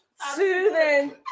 soothing